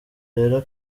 rero